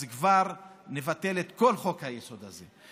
אז כבר נבטל את כל חוק-היסוד הזה.